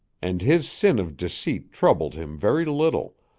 and his sin of deceit troubled him very little,